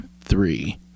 three